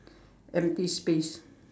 empty space